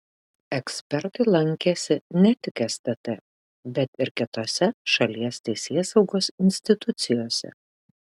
ekspertai lankėsi ne tik stt bet ir kitose šalies teisėsaugos institucijose